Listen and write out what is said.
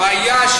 הבעיה,